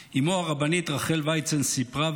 אימו, הרבנית רחל ויצן, סיפרה, ואני